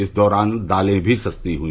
इस दौरान दालें भी सस्ती हुई